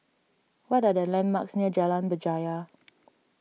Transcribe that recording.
what are the landmarks near Jalan Berjaya